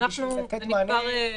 פה אנחנו מוסיפים,